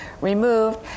removed